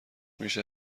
میشه